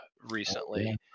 recently